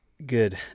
Good